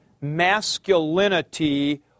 masculinity